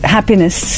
Happiness